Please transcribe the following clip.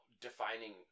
defining